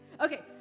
Okay